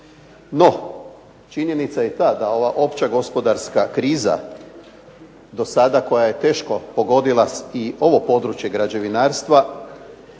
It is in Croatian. No, činjenica je ta da ova opća gospodarska kriza do sada koja je teško pogodila i ovo područje građevinarstva